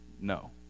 no